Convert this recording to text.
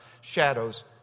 shadows